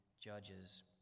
judges